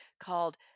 called